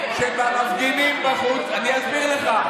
שהמפגינים בחוץ, אני אסביר לך.